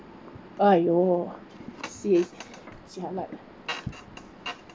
!aiyo! si eh jialat lah